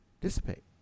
dissipate